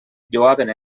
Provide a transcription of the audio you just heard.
lloaven